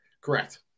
Correct